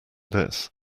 this